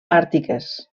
àrtiques